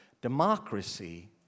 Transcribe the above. Democracy